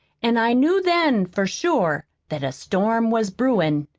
an' i knew then for sure that a storm was brewin'.